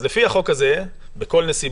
אז לפי החוק הזה אגב,